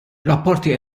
rapporti